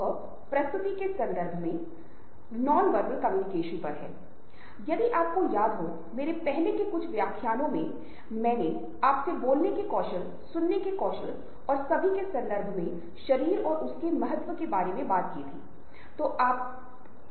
हम टेक्नालजी के संदर्भ में नेटवर्किंग के बारे में बात करेंगे जो नेट है हम सोशल मीडिया के बारे में बात करेंगे उनके विभिन्न घटक प्रासंगिकता और निहितार्थ के बारेमे बात करेगे